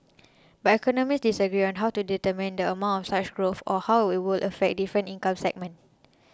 but economists disagree on how to determine the amount of such growth or how it would affect different income segments